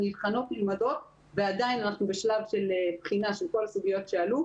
הן נבחנות ונלמדות ואנחנו עדיין בשלב של בחינה של כל הסוגיות שעלו,